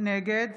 נגד